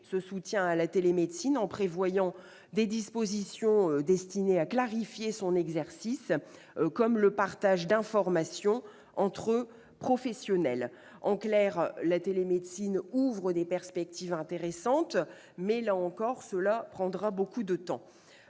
ce soutien à la télémédecine en prévoyant des dispositions destinées à clarifier son exercice, comme le partage d'informations entre professionnels. En clair, la télémédecine ouvre des perspectives intéressantes pour l'avenir, mais, là encore, cela prendra beaucoup de temps.